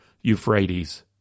Euphrates